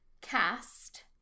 cast